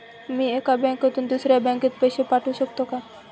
मी एका बँकेतून दुसऱ्या बँकेत पैसे पाठवू शकतो का?